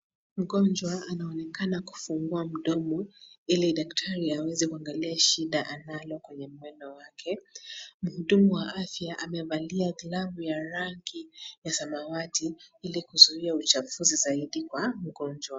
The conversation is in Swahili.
Mgonjwa anaonekana kufungua mdomo ili daktari aweze kuangalia shida analo kwenye mdomo wake. Mhudumu wa afya amevalia glavu ya rangi ya samawati ili kuzuia uchafuzi zaidi kwa wagonjwa.